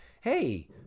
hey